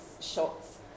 shots